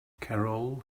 carol